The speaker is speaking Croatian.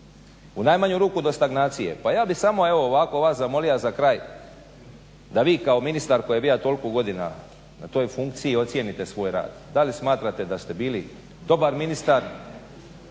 u najmanju ruku do stagnacije. Pa ja bih samo evo ovako vas zamolio za kraj da vi kao ministar koji je bio toliko godina na toj funkciji ocijenite svoj rad da li smatrate da ste bili dobar ministar